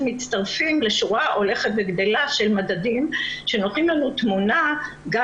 מצטרפים לשורה הולכת וגדלה של מדדים שנותנים לנו תמונה גם